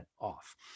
off